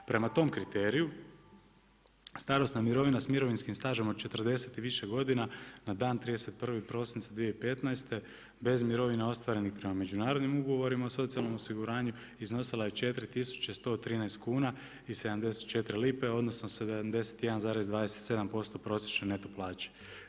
Prema tom kriteriju starosna mirovina s mirovinskim stažom od 40 i više godina na dan 31. prosinca 2015. bez mirovina ostvarenih prema međunarodnim ugovorima o socijalnom osiguranju iznosila je 4113 kuna i 74 lipe odnosno 71,27% prosječne neto plaće.